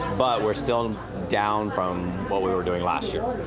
but we're still down from what we were doing last year.